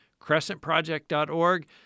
Crescentproject.org